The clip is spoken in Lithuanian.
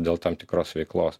dėl tam tikros veiklos